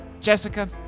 Jessica